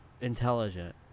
intelligent